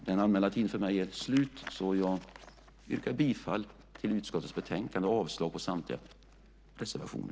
Min talartid är slut, så jag yrkar bifall till förslagen i utskottets betänkande och avslag på samtliga reservationer.